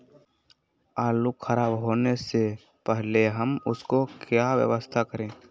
आलू खराब होने से पहले हम उसको क्या व्यवस्था करें?